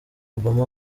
obama